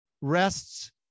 rests